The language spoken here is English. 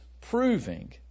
proving